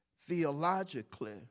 theologically